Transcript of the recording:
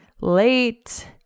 late